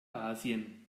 asien